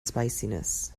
spiciness